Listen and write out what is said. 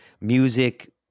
music